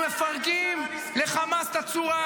אנחנו מפרקים לחמאס את הצורה,